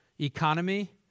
economy